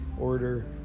order